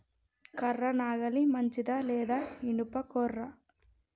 కర్ర నాగలి మంచిదా లేదా? ఇనుప గొర్ర?